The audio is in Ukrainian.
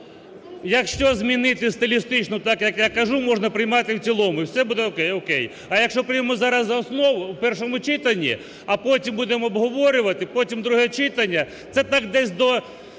Якщо змінити стилістично так, як я кажу, можна приймати в цілому і все буде о'кей. А якщо приймемо зараз за основу у першому читанні, а потім будемо обговорювати, потім – друге читання, це так десь до,